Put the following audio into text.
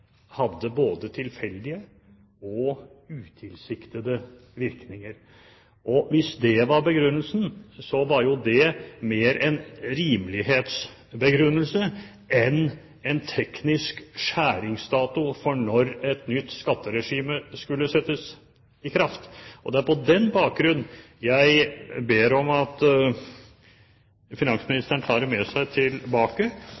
hadde både tilfeldige og utilsiktede virkninger. Hvis det var begrunnelsen, så var jo det mer en rimelighetsbegrunnelse enn en teknisk skjæringsdato for når et nytt skatteregime skulle settes i kraft. Det er på den bakgrunn jeg ber om at